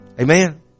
Amen